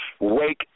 wake